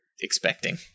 expecting